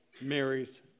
Mary's